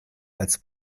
als